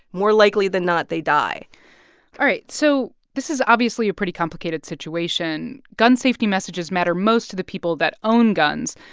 more likely than not, they die all right. so this is, obviously, a pretty complicated situation. gun safety messages matter most to the people that own guns,